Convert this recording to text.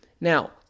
Now